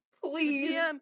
Please